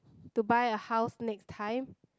to buy a house next time